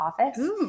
office